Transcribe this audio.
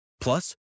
Plus